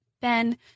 Ben